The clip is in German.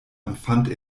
empfand